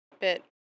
bit